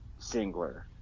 singler